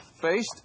faced